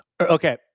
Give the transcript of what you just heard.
Okay